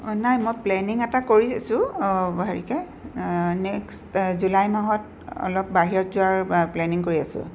অঁ নাই মই প্লেনিং এটা কৰিছোঁ হেৰিকৈ নেক্সট জুলাই মাহত অলপ বাহিৰত যোৱাৰ প্লেনিং কৰি আছোঁ